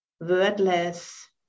wordless